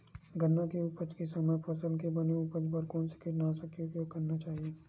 गन्ना के उपज के समय फसल के बने उपज बर कोन से कीटनाशक के उपयोग करना चाहि?